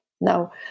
Now